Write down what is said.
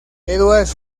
edwards